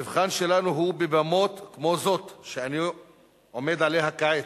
המבחן שלנו הוא בבמות כמו זאת שאני עומד עליה כעת,